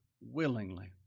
Willingly